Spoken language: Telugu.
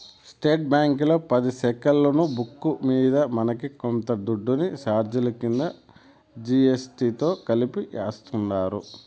స్టేట్ బ్యాంకీలో పది సెక్కులున్న బుక్కు మింద మనకి కొంత దుడ్డుని సార్జిలు కింద జీ.ఎస్.టి తో కలిపి యాస్తుండారు